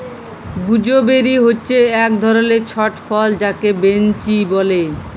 gooseberry হচ্যে এক ধরলের ছট ফল যাকে বৈনচি ব্যলে